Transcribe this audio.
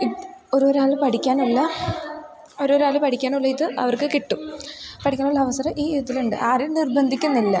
ഇത് ഒരോരാൾ പഠിക്കാനുള്ള ഓരോരാൾ പഠിക്കാനുള്ള ഇത് അവർക്ക് കിട്ടും പഠിക്കാനുള്ള അവസരം ഈ ഇതിലുണ്ട് ആരും നിർബന്ധിക്കുന്നില്ല